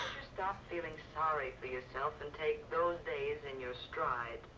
you stop feeling sorry for yourself and take those days in your stride,